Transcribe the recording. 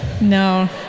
No